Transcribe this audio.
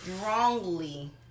strongly